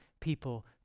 people